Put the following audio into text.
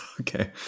Okay